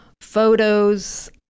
photos